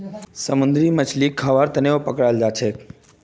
समुंदरी मछलीक खाबार तनौ पकड़ाल जाछेक